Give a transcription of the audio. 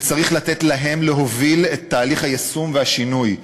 וצריך לתת לה להוביל את תהליך היישום והשינוי,